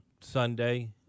Sunday